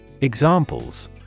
Examples